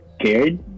scared